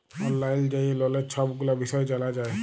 অললাইল যাঁয়ে ললের ছব গুলা বিষয় জালা যায়